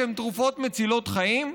שהן תרופות מצילות חיים?